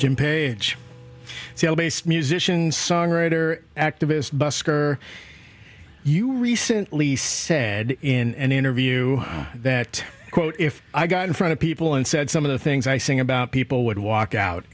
based musician songwriter activist busker you recently said in an interview that quote if i got in front of people and said some of the things i sing about people would walk out